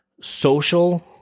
social